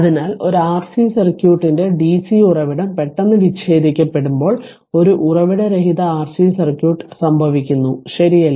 അതിനാൽ ഒരു ആർസി സർക്യൂട്ടിന്റെ dc ഉറവിടം പെട്ടെന്ന് വിച്ഛേദിക്കപ്പെടുമ്പോൾ ഒരു ഉറവിട രഹിത RC സർക്യൂട്ട് സംഭവിക്കുന്നു ശരിയല്ലേ